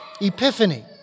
epiphany